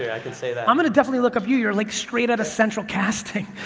yeah gonna say that. i'm gonna definitely look up you, you're like straight out of central casting.